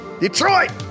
Detroit